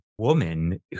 woman